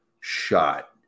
shot